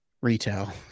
retail